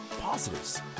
positives